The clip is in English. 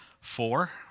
four